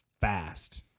fast